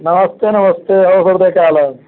नमस्ते नमस्ते और